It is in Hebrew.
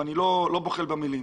ואני לא בוחל במילים.